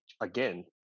again